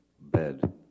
bed